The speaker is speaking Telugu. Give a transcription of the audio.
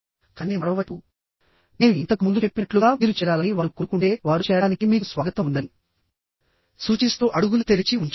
కానీ మరోవైపు నేను ఇంతకు ముందు చెప్పినట్లుగా మీరు చేరాలని వారు కోరుకుంటే వారు చేరడానికి మీకు స్వాగతం ఉందని సూచిస్తూ అడుగులు తెరిచి ఉంచుతారు